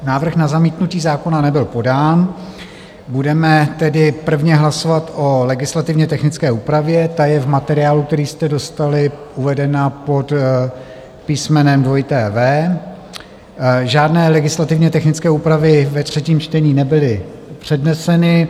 Návrh na zamítnutí zákona nebyl podán, budeme tedy prvně hlasovat o legislativně technické úpravě, ta je v materiálu, který jste dostali, uvedena pod písmenem W. Žádné legislativně technické úpravy ve třetím čtení nebyly předneseny.